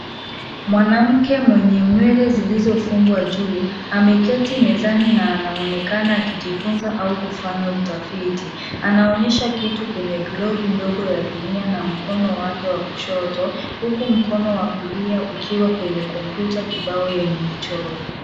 Mwanamke mwenye nywele zilizofungwa juu ameketi mezani na anaonekana akijifunza au kufanya utafiti. Anaonyesha kitu kwenye globu ndogo ya dunia na mkono wake wa kushoto huku mkono wa kulia ukiwa kwenye kompyuta kibao yenye michoro.